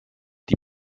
die